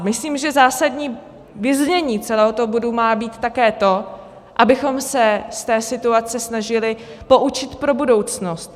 Myslím, že zásadní vyznění celého bodu má být také to, abychom se z té situace snažili poučit pro budoucnost.